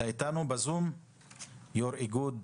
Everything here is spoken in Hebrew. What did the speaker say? יושב-ראש איגוד